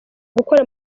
gukora